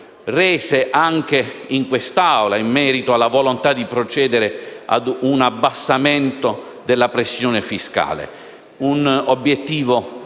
rese anche in quest'Aula, in merito alla volontà di procedere a un abbassamento della pressione fiscale: un obiettivo necessario,